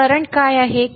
current काय आहे